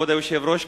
כבוד היושב-ראש,